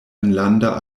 enlanda